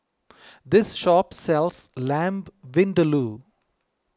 this shop sells Lamb Vindaloo